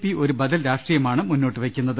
P ഒരു ബദൽ രാഷ്ട്രീയമാണ് മുന്നോട്ടുവയ്ക്കുന്നത്